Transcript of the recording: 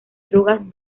drogas